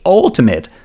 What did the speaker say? ultimate